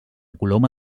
coloma